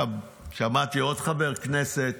שמעתי עוד חבר הכנסת,